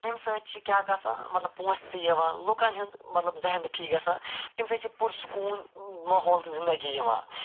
اَمہِ سۭتۍ چھِ کیٛاہ گَژھان مطلب پۅنٛسہٕ تہِ یِوان لُکن ہٕنٛز مطلب ذہن تہِ ٹھیٖک گَژھان اَمہِ سۭتۍ چھِ پُرسکوٗن ماحول تہٕ زنٛدگی یِوان